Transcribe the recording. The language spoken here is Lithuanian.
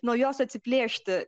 nuo jos atsiplėšti